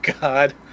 God